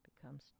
Becomes